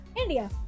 India